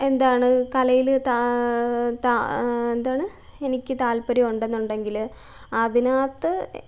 എന്താണ് കലയിൽ താ താ എന്താണ് എനിക്ക് താത്പര്യം ഉണ്ടെന്നുണ്ടെങ്കിൽ അതിനകത്ത്